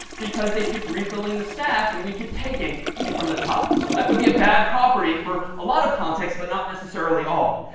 because they keep refilling the stack, and we keep taking from the top. so that would be a bad property for a lot of context, but not necessarily all.